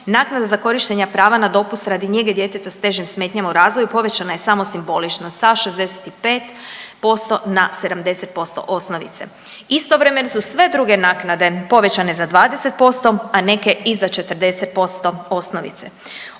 naknada za korištenje prava na dopust radi njege djeteta s težim smetnjama u razvoju povećana je samo simbolično sa 65% na 70% osnovice. Istovremeno su sve druge naknade povećane za 20%, a neke i za 40% osnovice.